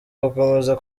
gukomeza